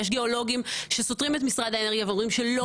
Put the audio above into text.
יש גיאולוגים שסותרים את משרד האנרגיה ואומרים שלא